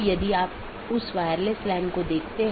एक BGP के अंदर कई नेटवर्क हो सकते हैं